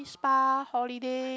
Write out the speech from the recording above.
spa holiday